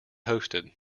hosted